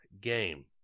game